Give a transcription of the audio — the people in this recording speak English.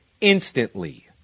instantly